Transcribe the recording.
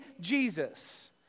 Jesus